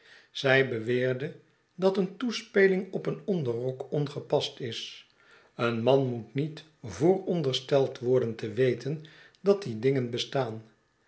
zij beweerde dat een toespeling op een onderrok ongepast is een man moet niet voorondersteld worden te weten dat die dingen bestaan